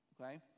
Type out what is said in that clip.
okay